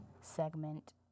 segment